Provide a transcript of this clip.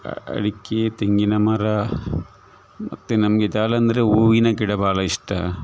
ಅಡಿಕೆ ತೆಂಗಿನ ಮರ ಮತ್ತು ನಮಗೆ ಅಂದರೆ ಹೂವಿನ ಗಿಡ ಭಾಳ ಇಷ್ಟ